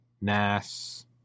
Nass